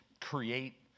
create